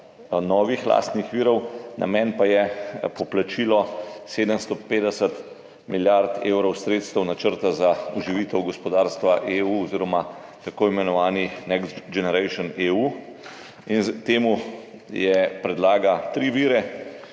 novih lastnih virov, namen pa je poplačilo 750 milijard evrov sredstev načrta za oživitev gospodarstva EU oziroma tako imenovani NextGenerationEU, ki predlaga tri vire.